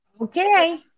Okay